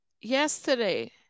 yesterday